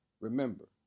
remember